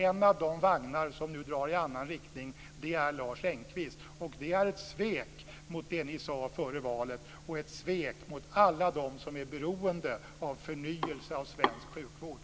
En av de vagnar som nu går i en annan riktning är Lars Engqvist. Det är ett svek mot det ni sade före valet och ett svek mot alla dem som är beroende av förnyelse av svensk sjukvård.